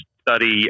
study